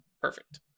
perfect